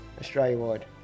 Australia-wide